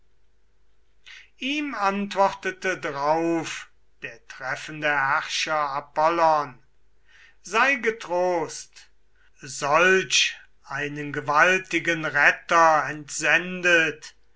ihm antwortete drauf der treffende herrscher apollon sei getrost solch einen gewaltigen rettet entsendet